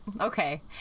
okay